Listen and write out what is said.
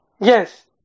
Yes